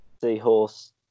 seahorse